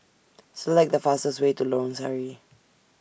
Select The fastest Way to Lorong Sari